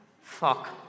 Fuck